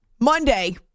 Monday